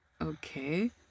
Okay